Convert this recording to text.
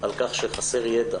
על כך שחסר ידע